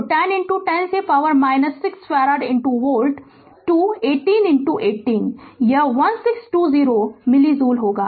तो 1010 से power 6 farad volt 2 1818 यह 1620 मिली जूल होगा